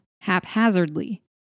haphazardly